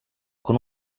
con